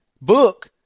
book